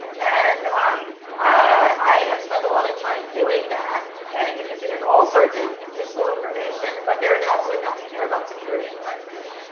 and um i have spent a lot of time doing that. and you can see there's all sorts of useful information. but there is absolutely nothing here about security and privacy.